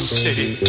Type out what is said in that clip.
city